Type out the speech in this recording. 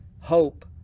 hope